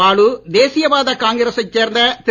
பாலு தேசிய வாத காங்கிரசைச் சேர்ந்த திரு